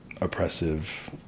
oppressive